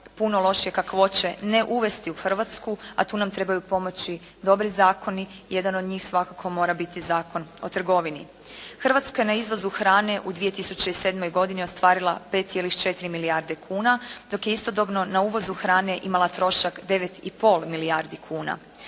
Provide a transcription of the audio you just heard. puno lošije kakvoće ne uvesti u Hrvatsku, a tu nama trebaju pomoći dobri zakoni, jedan od njih svakako mora biti Zakon o trgovini. Hrvatska na izvozu hrane u 2007. godini ostvarila 5,4 milijarde kuna, dok je istodobno na uvozu hrane imala 9,5 milijardi kuna.